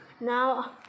now